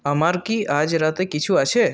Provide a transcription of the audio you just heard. আমার কি আজ রাতে কিছু আছে